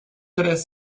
très